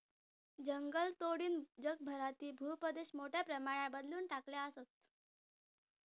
जंगलतोडीनं जगभरातील भूप्रदेश मोठ्या प्रमाणात बदलवून टाकले आसत